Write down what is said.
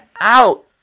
out